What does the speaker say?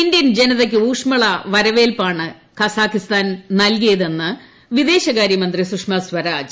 Indian ജനതയ്ക്ക് ഉൌഷ്മള വരവേൽപ്പാണ് കസാഖിസ്ഥാൻ നൽകിയതെന്ന് വിദേശകാര്യമന്ത്രി സുഷമ സ്വരാജ്